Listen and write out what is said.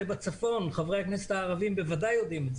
בצפון חברי הכנסת הערבים ודאי יודעים.